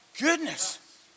goodness